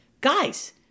guys